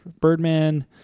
Birdman